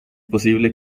posible